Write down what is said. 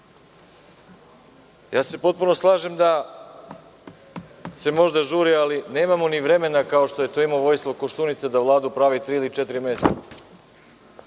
takav. Potpuno se slažem da se možda žuri, ali nemamo ni vremena kao što je imao Vojislav Koštunica da Vladu pravu tri ili četiri meseca.